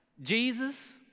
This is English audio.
Jesus